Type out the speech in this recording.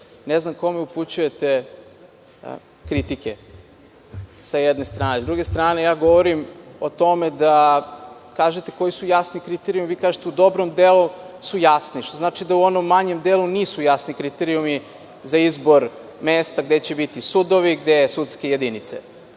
Ne znam kome upućujete kritike, s jedne strane.S druge strane, ja govorim o tome da kažete koji su jasni kriterijumi. Vi kažete - u dobrom delu su jasni, što znači da u onom manjem delu nisu jasni kriterijumi za izbor mesta gde će biti sudovi, gde sudske jedinice. Pitamo